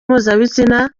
mpuzabitsina